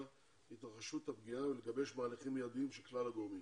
התרחשות הפגיעה ולגבש מהלכים מיידיים של כלל הגורמים.